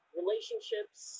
relationships